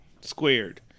squared